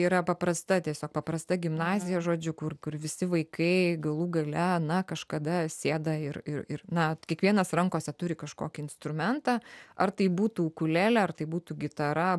yra paprasta tiesiog paprasta gimnazija žodžiu kur kur visi vaikai galų gale na kažkada sėda ir ir ir na kiekvienas rankose turi kažkokį instrumentą ar tai būtų ukulėlė ar tai būtų gitara